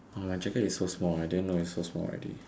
orh my jacket is so small I didn't know it's so small already